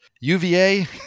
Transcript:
UVA